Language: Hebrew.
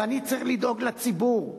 ואני צריך לדאוג לציבור.